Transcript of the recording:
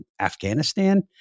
Afghanistan